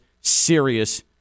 serious